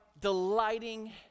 delighting